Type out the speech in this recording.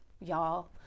y'all